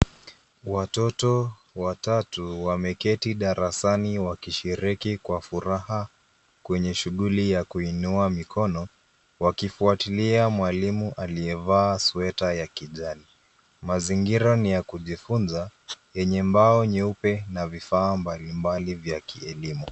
Watoto watatu wameketi darasani wakishiriki kwa furaha kwenye shughuli ya kuinua mikono wakifuatilia mwalimu aliyevaa sweta ya kijani. Mazingira ni ya kujifunza yenye bao nyeupe na vifaa mbalimbali vya kielimu.